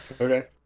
okay